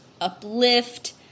uplift